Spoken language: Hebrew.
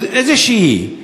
איזושהי,